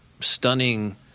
stunning